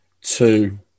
two